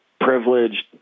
privileged